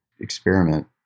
experiment